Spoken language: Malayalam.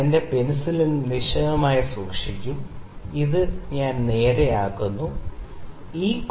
ഞാൻ എന്റെ പെൻസിൽ നിശ്ചലമായി സൂക്ഷിക്കും ഞാൻ ഇത് നേരെയാക്കുന്നു ശരി